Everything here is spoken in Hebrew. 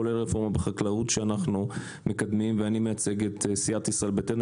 כולל הרפורמה בחקלאות שאנחנו מקדמים ואני מייצג את סיעת ישראל ביתנו,